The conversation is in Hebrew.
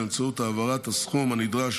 באמצעות העברת הסכום הנדרש